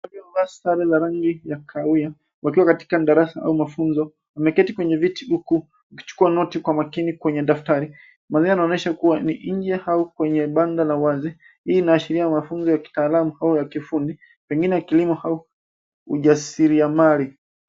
Waliovaa sare za rangi ya kahawia wakiwa katika darasa au mafunzo. Wameketi kwenye viti huku wakichukua noti kwa makini kwenye daftari. Mandhari yanaonyesha kuwa ni nje au kwenye banda la wazi. Hii inaashiria mafunzo ya kitaalamu au ya kifundi, pengine ya kilimo au ujasiri ya mali.